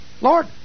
Lord